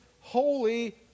holy